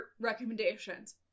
recommendations